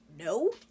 no